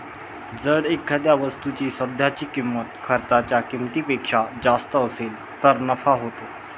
जर एखाद्या वस्तूची सध्याची किंमत खर्चाच्या किमतीपेक्षा जास्त असेल तर नफा होतो